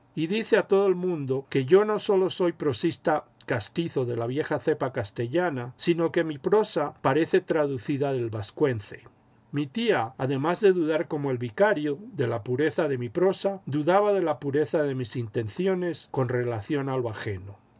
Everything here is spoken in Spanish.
y dice a todo el mundo que yo no sólo no soy un prosista castizo de la vieja cepa castellana sino que mi prosa parece traducida del vascuence mi tía además de dudar como el vicario de la pureza de mi prosa dudaba de la pureza de mis intenciones con relación a lo ajeno